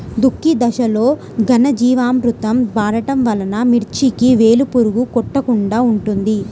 దుక్కి దశలో ఘనజీవామృతం వాడటం వలన మిర్చికి వేలు పురుగు కొట్టకుండా ఉంటుంది?